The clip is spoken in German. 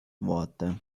worte